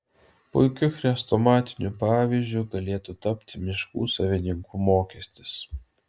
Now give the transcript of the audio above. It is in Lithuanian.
puikiu chrestomatiniu pavyzdžiu galėtų tapti miškų savininkų mokestis